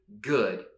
good